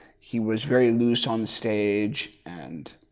he was very loose on the stage and.